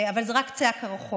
אבל זה רק קצה הקרחון.